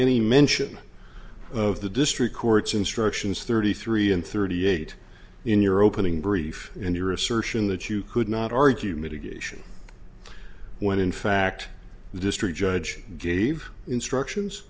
any mention of the district court's instructions thirty three and thirty eight in your opening brief and your assertion that you could not argue mitigation when in fact the district judge gave instructions